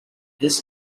this